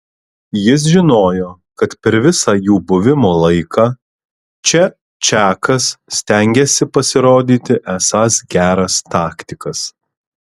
jis žinojo kad per visą jų buvimo laiką čia čakas stengiasi pasirodyti esąs geras taktikas